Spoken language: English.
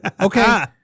Okay